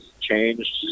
changed